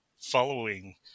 following